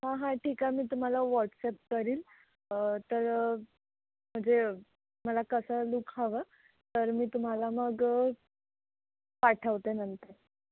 हां हां ठीक आहे मी तुम्हाला व्हॉटसअप करील तर म्हणजे मला कसं लूक हवं तर मी तुम्हाला मग पाठवते नंतर